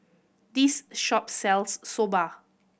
this shop sells Soba